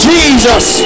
Jesus